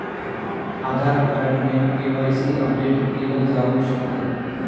आधार card ने KYC update केल जाऊ शकत